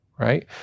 Right